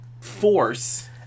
force